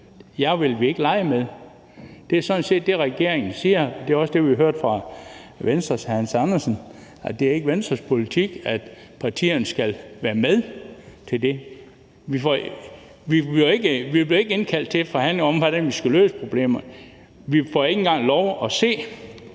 jer vil vi ikke lege med. Det er sådan set det, regeringen siger, og det var også det, vi hørte fra Venstres hr. Hans Andersen: at det ikke er Venstres politik, at partierne skal være med til det. Vi bliver ikke indkaldt til forhandlinger om, hvordan vi skal løse problemerne. Vi får ikke engang lov at se